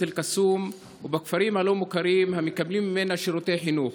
אל-קסום ובכפרים הלא-מוכרים המקבלים ממנה שירותי חינוך,